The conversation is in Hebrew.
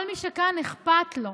כל מי שכאן, אכפת לו.